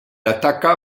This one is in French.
attaqua